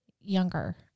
younger